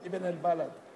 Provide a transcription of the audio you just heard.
אבן אל-בלד.